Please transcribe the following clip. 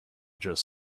just